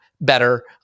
better